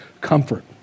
comfort